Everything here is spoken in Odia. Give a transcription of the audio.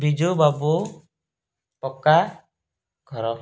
ବିଜୁ ବାବୁ ପକ୍କା ଘର